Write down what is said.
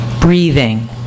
breathing